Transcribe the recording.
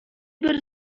бер